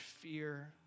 fear